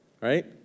Right